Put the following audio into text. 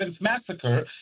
massacre